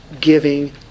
giving